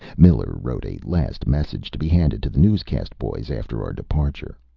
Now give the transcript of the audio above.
miller wrote a last message, to be handed to the newscast boys after our departure